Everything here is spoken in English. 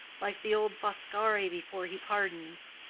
like the old foscari before he pardons.